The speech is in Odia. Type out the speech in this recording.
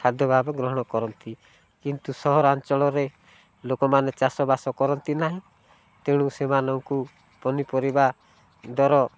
ଖାଦ୍ୟ ଭାବେ ଗ୍ରହଣ କରନ୍ତି କିନ୍ତୁ ସହରାଞ୍ଚଳରେ ଲୋକମାନେ ଚାଷବାସ କରନ୍ତି ନାହିଁ ତେଣୁ ସେମାନଙ୍କୁ ପନିପରିବା ଦର